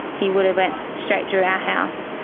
he would have went straight through our house.